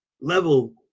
level